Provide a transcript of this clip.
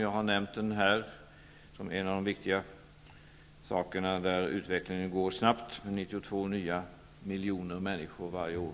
Jag har nämnt problemet här som ett av de viktigare, där utvecklingen går snabbt. Vi får 92 miljoner nya människor varje år.